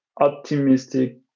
optimistic